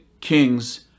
Kings